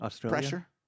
pressure